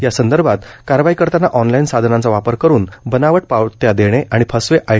या संदर्भात कारवाई करताना ऑनलाईन साधनांचा वापर करुन बनावट पावत्या देणे आणि फसवे आय